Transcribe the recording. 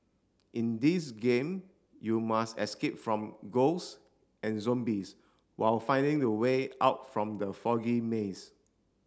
in this game you must escape from ghosts and zombies while finding the way out from the foggy maze